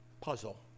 puzzle